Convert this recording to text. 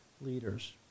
leaders